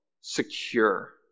secure